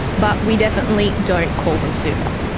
but we definitely don't call them super.